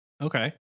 Okay